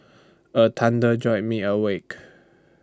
the thunder jolt me awake